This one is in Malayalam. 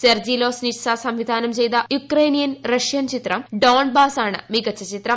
സെർജി ലോസ് നിറ്റ്സ സംവിധാനം ചെയ്ത യുക്രൈനിയൻ റഷ്യൻ ചിത്രം ഡോൺ ബാസ് ആണ് മികച്ച ചിത്രം